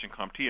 CompTIA